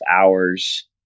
hours